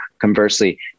conversely